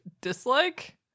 dislike